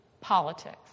politics